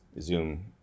zoom